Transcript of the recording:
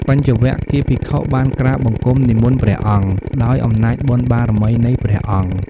បញ្ចវគិ្គយ៍ភិក្ខុបានក្រាបបង្គំនិមន្តព្រះអង្គ ដោយអំណាចបុណ្យបារមីនៃព្រះអង្គ។